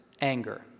anger